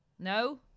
No